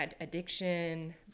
Addiction